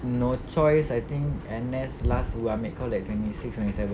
no choice I think N_S last boleh ambil kau twenty six twenty seven